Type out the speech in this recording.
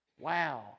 Wow